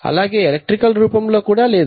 అలాగే ఎలక్ట్రికల్ రూపంలో కూడా లేదు